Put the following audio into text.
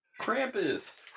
Krampus